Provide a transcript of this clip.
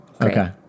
okay